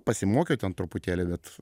pasimokiau ten truputėlį bet